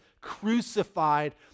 crucified